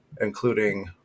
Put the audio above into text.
including